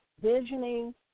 visioning